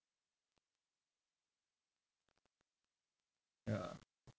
yeah